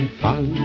fun